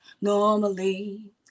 normally